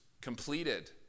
completed